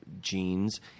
jeans